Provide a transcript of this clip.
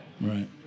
Right